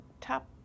top